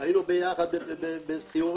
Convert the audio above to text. היינו יחד בסיורים.